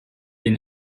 den